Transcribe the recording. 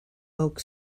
oak